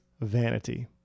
vanity